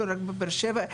לא רק בבאר שבע.